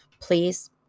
please